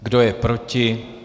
Kdo je proti?